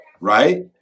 right